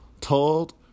told